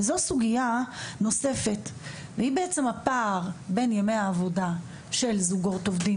סוגיה נוספת היא הפער בין ימי העבודה של זוגות עובדים